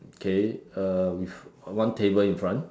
okay uh with one table in front